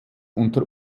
unter